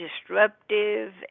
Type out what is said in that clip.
disruptive